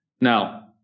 Now